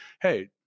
Hey